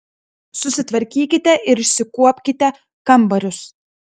susitvarkykite ir išsikuopkite kambarius